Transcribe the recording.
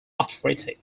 authority